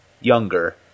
younger